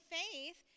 faith